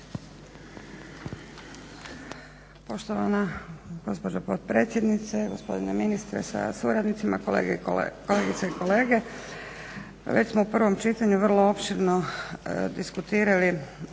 Poštovana gospođo potpredsjednice, gospodine ministre sa suradnicima, kolegice i kolege. Već smo u prvom čitanju vrlo opširno diskutirali